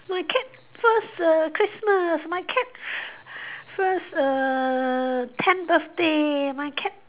my cat first err Christmas my cat first err tenth birthday my cat